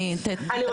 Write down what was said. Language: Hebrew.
אני רוצה אולי גברתי,